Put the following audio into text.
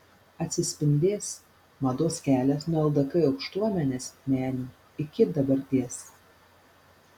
atsispindės mados kelias nuo ldk aukštuomenės menių iki dabarties